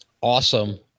Awesome